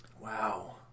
wow